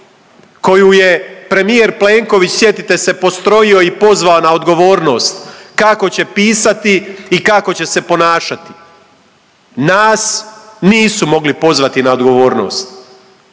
koju je premijer Plenković, sjetite se postrojio i pozvao na odgovornost kako će pisati i kako će se ponašati. Nas nisu mogli pozvati na odgovornost